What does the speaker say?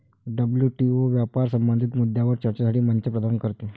WTO व्यापार संबंधित मुद्द्यांवर चर्चेसाठी मंच प्रदान करते